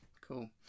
Cool